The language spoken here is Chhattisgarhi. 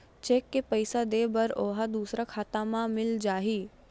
चेक से पईसा दे बर ओहा दुसर खाता म मिल जाही?